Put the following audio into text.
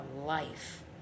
life